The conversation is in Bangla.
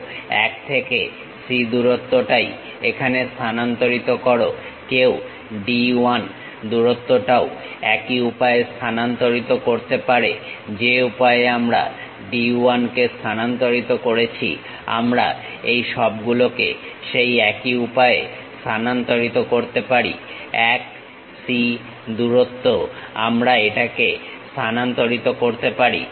1 থেকে C দূরত্বটাই এখানে স্থানান্তরিত করো কেউ D1 দূরত্বটাও একই উপায়ে স্থানান্তরিত করতে পারেযে উপায়ে আমরা D 1 কে স্থানান্তরিত করেছি আমরা এই সবগুলোকে সেই একই উপায়ে স্থানান্তরিত করতে পারি 1 C দূরত্ব আমরা এটাকে স্থানান্তরিত করতে পারি